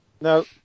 No